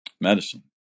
medicine